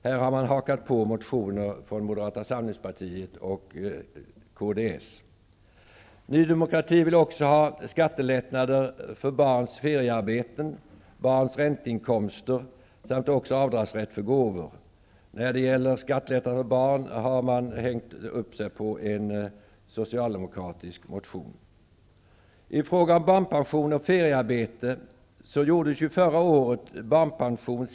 Här har man hakat på motioner från Moderata samlingspartiet och kds. Ny demokrati vill också ha skattelättnader för barns feriearbeten och barns ränteinkomster samt avdragsrätt för gåvor. När det gäller skattelättnader för barn har man hängt upp sig på en socialdemokratisk motion.